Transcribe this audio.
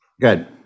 good